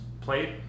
plate